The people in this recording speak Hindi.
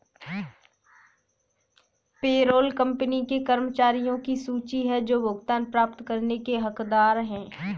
पेरोल कंपनी के कर्मचारियों की सूची है जो भुगतान प्राप्त करने के हकदार हैं